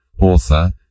author